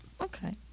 Okay